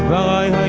i